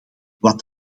wat